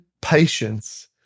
patience